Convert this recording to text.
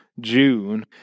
June